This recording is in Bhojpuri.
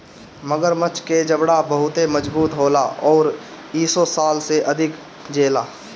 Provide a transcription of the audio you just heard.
मगरमच्छ के जबड़ा बहुते मजबूत होला अउरी इ सौ साल से अधिक जिएला